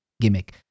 gimmick